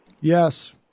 Yes